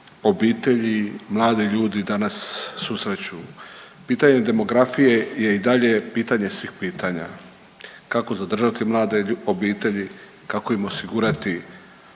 obitelji, mladi ljudi danas susreću. Pitanje demografije je i dalje pitanje svih pitanja. Kako zadržati mlade obitelji, kako im osigurati